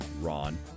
Ron